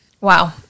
wow